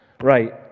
right